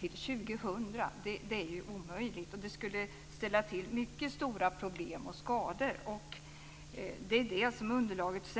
till år 2000 men det är omöjligt. Det skulle ställa till med mycket stora problem och skador. Det är det som är underlaget.